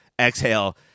exhale